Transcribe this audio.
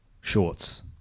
shorts